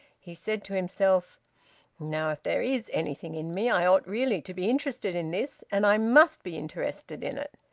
he said to himself now, if there is anything in me, i ought really to be interested in this, and i must be interested in it.